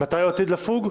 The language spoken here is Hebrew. מתי הוא עתיד לפוג?